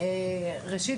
ראשית,